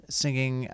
singing